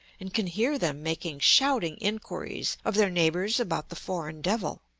and can hear them making shouting inquiries of their neighbors about the foreign devil.